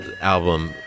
album